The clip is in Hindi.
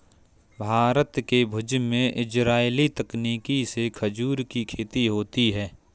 भारत के भुज में इजराइली तकनीक से खजूर की खेती होती है